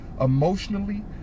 emotionally